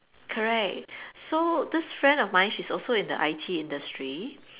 correct so this friend of mine she's also in the I_T industry